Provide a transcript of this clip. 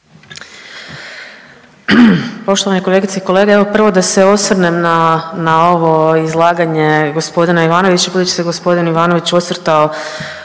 Poštovane kolegice i kolege, evo prvo da se osvrnem na, na ovo izlaganje g. Ivanovića budući se g. Ivanović osvrtao